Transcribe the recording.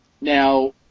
Now